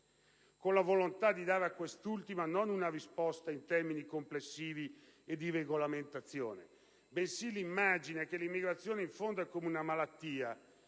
con la volontà di dare a quest'ultima non una risposta in termini complessivi e di regolamentazione, bensì l'immagine che l'immigrazione in fondo è come una malattia